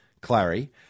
Clary